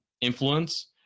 influence